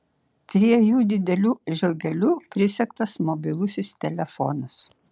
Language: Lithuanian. prie jų dideliu žiogeliu prisegtas mobilusis telefonas